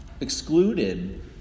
excluded